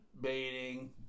Baiting